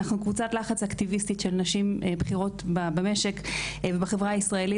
אנחנו קבוצת לחץ אקטיביסטית של נשים בכירות במשק ובחברה הישראלית.